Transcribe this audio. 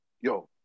yo